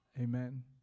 Amen